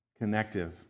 Connective